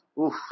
Oof